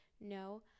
no